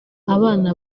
abana